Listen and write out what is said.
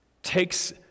takes